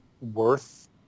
worth